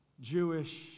Jewish